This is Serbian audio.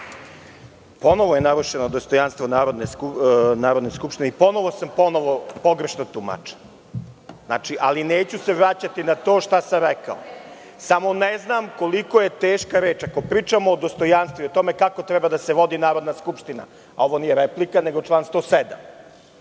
Ponovo je narušeno dostojanstvo Narodne skupštine i ponovo sam pogrešno tumačen, ali neću se vraćati na to šta sam rekao, samo ne znam koliko je teška reč. Ako pričamo o dostojanstvu i o tome kako treba da se vodi Narodna skupština, a ovo nije replika, nego član 107